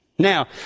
Now